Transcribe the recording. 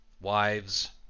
wives